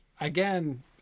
again